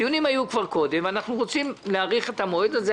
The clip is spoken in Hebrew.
הדיונים היו כבר קודם ואנחנו רוצים להאריך את המועד הזה.